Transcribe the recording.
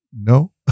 No